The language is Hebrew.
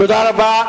תודה רבה.